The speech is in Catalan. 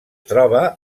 troba